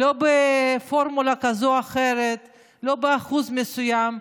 לא בפורמולה כזו או אחרת, לא באחוז מסוים.